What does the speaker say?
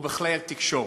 ובכלי התקשורת.